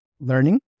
Learning